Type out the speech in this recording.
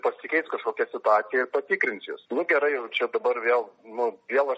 pasikeis kažkokia situacija ir patikrins jus nu gerai jau čia dabar vėl nu vėl aš